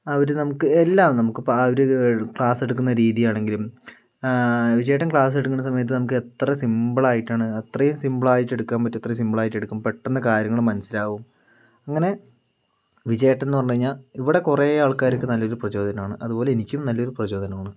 അവര് നമുക്ക് എല്ലാം നമുക്കിപ്പം ആ ഒരു ക്ലാസ് എടുക്കുന്ന രീതിയാണെങ്കിലും വിജയേട്ടൻ ക്ലാസ് എടുക്കുന്ന സമയത്ത് നമുക്ക് എത്ര സിമ്പിൾ ആയിട്ടാണ് അത്രയും സിമ്പിൾ ആയിട്ട് എടുക്കാൻ പറ്റുവോ അത്രയും സിമ്പിൾ ആയിട്ടെടുക്കും പെട്ടെന്ന് കാര്യങ്ങള് മനസിലാവും അങ്ങനെ വിജയേട്ടൻ എന്ന് പറഞ്ഞുകഴിഞ്ഞാൽ ഇവിടെ കുറെ ആൾക്കാർക്ക് നല്ലൊരു പ്രചോദനമാണ് അതുപോലെ എനിക്കും നല്ലൊരു പ്രചോദനം ആണ്